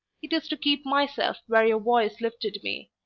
it is to keep myself where your voice lifted me,